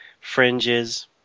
fringes